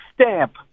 stamp